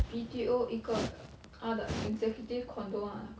B_T_O 一个 ah the executive condo ah 那个